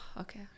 Okay